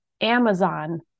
Amazon